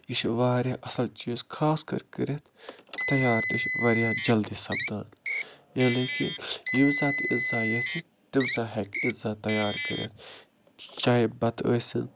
یہِ چھِ واریاہ اصل چیٖز خاص کر کٔرِتھ تیار تہِ چھِ واریاہ جلدی سَپدان یعنی کہ ییٚمہِ ساتہٕ تہِ اِنسان یَژھِ تَمہِ ساتہٕ ہٮ۪کہِ اِنسان تیار کٔرِتھ چاہے بَتہٕ ٲسِن